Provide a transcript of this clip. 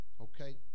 okay